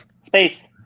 Space